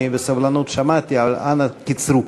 אני בסבלנות שמעתי, אבל אנא קצרו.